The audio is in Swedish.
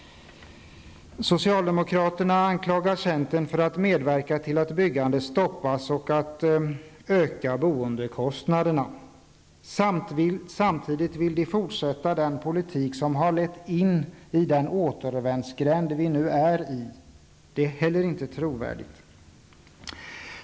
Socialdemokraterna anklagar centern för att medverka till att byggandet stoppas och till att öka boendekostnaderna. Samtidigt vill de fortsätta den politik som har lett in i den återvändsgränd vi nu befinner oss i. Det är heller inte trovärdigt.